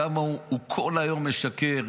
כמה הוא הוא כל היום משקר,